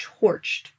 torched